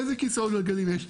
איזה כיסאות גלגלים יש?